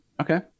okay